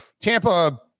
Tampa